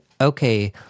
okay